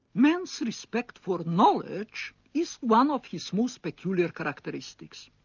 man's respect for knowledge is one of his most peculiar characteristics.